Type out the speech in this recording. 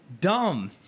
dumb